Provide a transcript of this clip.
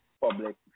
public